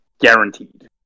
guaranteed